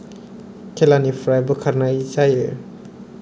खेलानिफ्राय बोखारनाय जायो